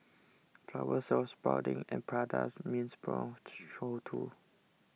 flowers were sprouting at Prada's means brown show too